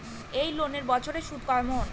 এই লোনের বছরে সুদ কেমন?